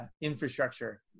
infrastructure